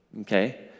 okay